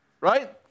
right